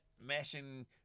mashing